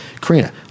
Karina